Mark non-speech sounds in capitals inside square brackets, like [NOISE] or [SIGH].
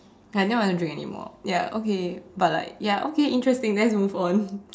I didn't want to drink anymore ya okay but like ya okay interesting let's move on [BREATH]